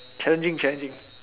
challenging challenging